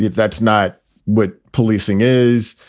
that's not what policing is.